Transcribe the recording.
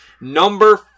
Number